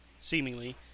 seemingly